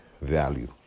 value